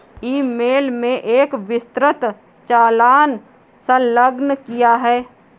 ई mail में एक विस्तृत चालान संलग्न किया है